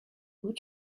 what